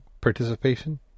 participation